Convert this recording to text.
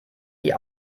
die